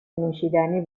نوشیدنی